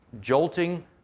Jolting